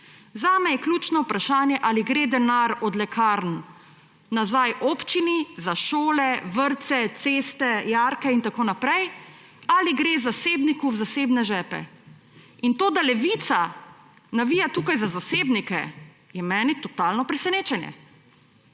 Zame je ključno vprašanje, ali gre denar od lekarn nazaj občini za šole, vrtce, ceste, jarke in tako naprej ali gre zasebniku v zasebne žepe. In to, da Levica navija tukaj za zasebnike, je meni totalno presenečenje.